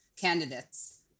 candidates